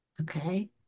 okay